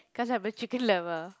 cause I'm a chicken lover